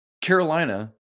Carolina